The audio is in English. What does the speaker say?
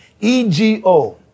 E-G-O